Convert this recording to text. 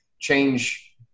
change